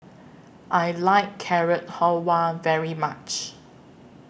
I like Carrot Halwa very much